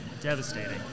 Devastating